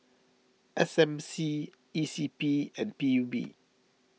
S M C E C P and P U B